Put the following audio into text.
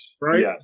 right